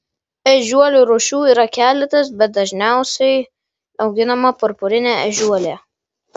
ežiuolių rūšių yra keletas bet dažniausiai auginama purpurinė ežiuolė